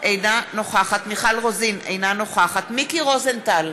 אינה נוכחת מיכל רוזין, אינה נוכחת מיקי רוזנטל,